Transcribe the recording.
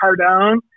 Cardone